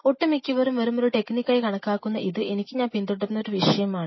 ഒട്ടുമിക്കവരും വെറുമൊരു ടെക്നിക്കായി കണക്കാക്കുന്ന ഇത് എനിക്ക് ഞാൻ പിൻതുടരുന്ന ഒരു വിഷയമാണ്